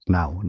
now